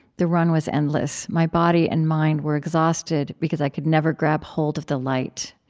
the run was endless. my body and mind were exhausted because i could never grab hold of the light.